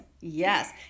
Yes